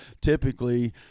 typically –